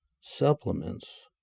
supplements